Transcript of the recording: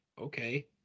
okay